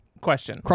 question